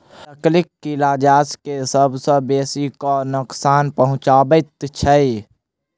लकड़ीक कीड़ा गाछ के सभ सॅ बेसी क नोकसान पहुचाबैत छै